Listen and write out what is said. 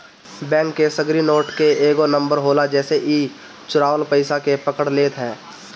bank के सगरी note के एगो नंबर होला जेसे इ चुरावल पईसा के पकड़ लेत हअ